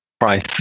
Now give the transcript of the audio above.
price